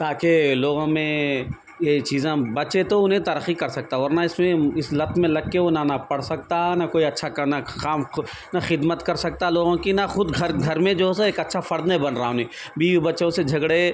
تا کہ لوگوں میں یہ چیزیں بچے تو انہیں ترقی کر سکتا ورنہ اس میں اس لت میں لگ کے وہ نہ نہ پڑھ سكتا نہ كوئى اچّھا کہ نا خام نہ خدمت کر سکتا لوگوں کی نہ خود گھر گھر ميں جو سو ايک اچّھا فرد نہیں بن رہا انہیں بيوى بچّوں سے جھگڑے